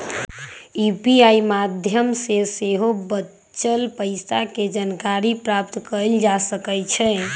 UPI माध्यम से सेहो बचल पइसा के जानकारी प्राप्त कएल जा सकैछइ